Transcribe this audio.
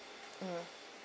mm